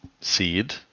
seed